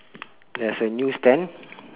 there's a newsstand